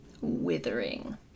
withering